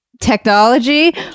technology